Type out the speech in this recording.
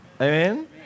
Amen